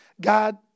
God